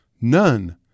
none